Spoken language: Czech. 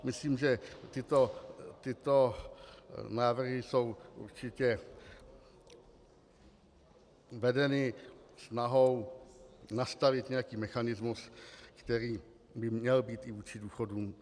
Myslím, že tyto návrhy jsou určitě vedeny snahou nastavit nějaký mechanismus, který by měl být vstřícný i vůči důchodcům.